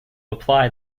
apply